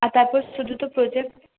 আর তারপর শুধু তো প্রোজেক্ট